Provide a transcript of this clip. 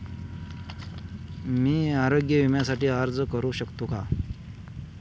मी आरोग्य विम्यासाठी अर्ज करू शकतो का?